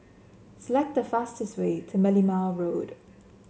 select the fastest way to Merlimau Road